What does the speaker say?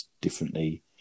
differently